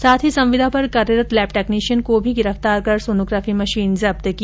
साथ ही संविदा पर कार्यरत लैब टेक्नीशियन को भी गिरफ्तार कर सोनोग्राफी मशीन जब्त की